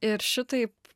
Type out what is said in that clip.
ir šitaip